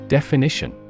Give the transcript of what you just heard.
Definition